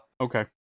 Okay